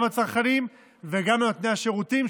גם לצרכנים וגם לנותני השירותים,